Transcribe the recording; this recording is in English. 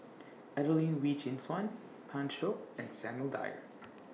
Adelene Wee Chin Suan Pan Shou and Samuel Dyer